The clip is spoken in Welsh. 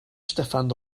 steffan